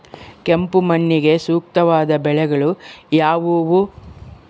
ಕೆಂಪು ಮಣ್ಣಿಗೆ ಸೂಕ್ತವಾದ ಬೆಳೆಗಳು ಯಾವುವು?